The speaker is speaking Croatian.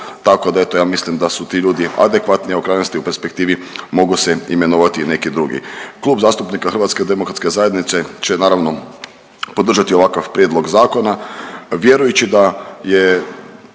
tako da eto ja mislim da su ti ljudi adekvatni, a u krajnosti u perspektivi mogu se imenovati neki drugi. Klub zastupnika HDZ-a će naravno podržati ovakav prijedlog zakona vjerujući da je